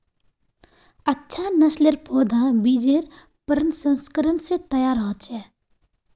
अच्छा नासलेर पौधा बिजेर प्रशंस्करण से तैयार होचे